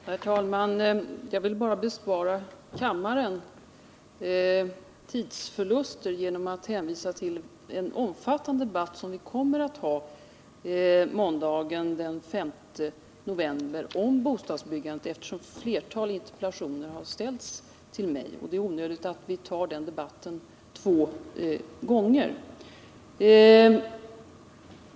Herr talman! Jag ville bara bespara kammaren tidsförluster genom att hänvisa till en omfattande debatt om bostadsbyggandet som vi kommer att ha måndagen den 5 november, eftersom ett flertal interpellationer har ställts till mig. Det är onödigt att vi tar den debatten två gånger.